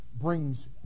brings